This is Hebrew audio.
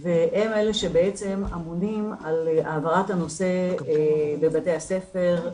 והם אלה שבעצם אמונים על העברת הנושא בבתי הספר,